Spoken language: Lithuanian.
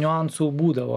niuansų būdavo